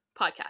podcast